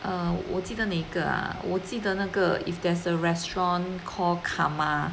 err 我记得那哪一个啊我记得那个 if there's a restaurant called karma